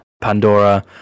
Pandora